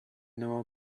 know